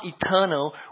eternal